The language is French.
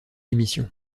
émission